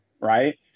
right